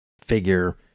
figure